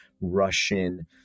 Russian